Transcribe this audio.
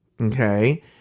Okay